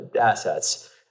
assets